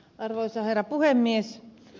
arvoisa herra puhemies